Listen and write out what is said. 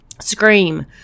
Scream